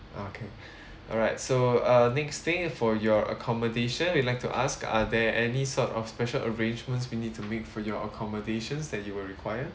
okay alright so uh next thing for your accommodation we'll like to ask are there any sort of special arrangements we need to make for your accommodations that you will require